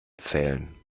zählen